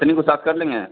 पत्नी को साथ कर लेंगे